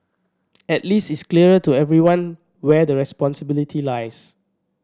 at least it's clearer to everyone where the responsibility lies